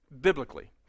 biblically